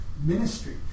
ministry